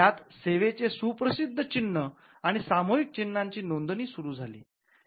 यात सेवेचे सुप्रसिद्ध चिन्ह आणि सामूहिक चिन्हांची नोंदणी सुरू केली गेली